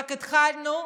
רק התחלנו,